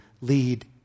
lead